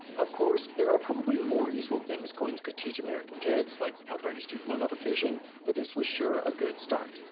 of course, there are probably more useful things coins could teach american kids like how to write a student loan application but this was sure a good start.